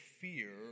fear